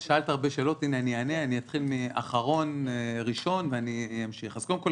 שאלת הרבה שאלות אני אתחיל מאחרון ראשון ואני אמשיך: אז קודם כל,